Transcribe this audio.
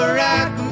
rock